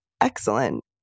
excellent